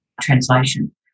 translation